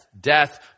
Death